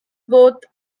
both